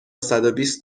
صدوبیست